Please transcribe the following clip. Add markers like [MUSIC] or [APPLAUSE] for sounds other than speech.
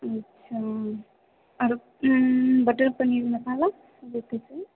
अच्छा [UNINTELLIGIBLE] बटर पनीर मसाला वह कितना